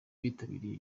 bitabiriye